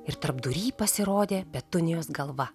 ir tarpdury pasirodė petunijos galva